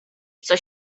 coś